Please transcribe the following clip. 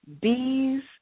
bees